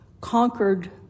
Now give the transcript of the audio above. conquered